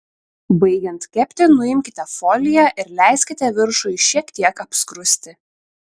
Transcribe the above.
baigiant kepti nuimkite foliją ir leiskite viršui šiek tiek apskrusti